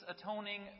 atoning